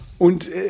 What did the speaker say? Und